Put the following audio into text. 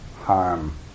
harm